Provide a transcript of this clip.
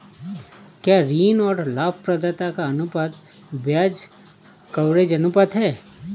क्या ऋण और लाभप्रदाता का अनुपात ब्याज कवरेज अनुपात है?